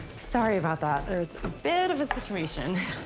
sorry about that. there's a bit of a situation.